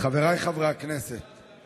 חבריי חברי הכנסת,